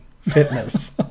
fitness